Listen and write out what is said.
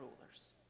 rulers